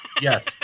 Yes